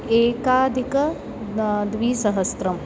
एकाधिकं नव द्विसहस्रम्